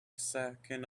sacking